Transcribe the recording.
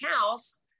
house